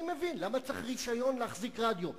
אני מבין למה צריך רשיון להחזיק רדיו,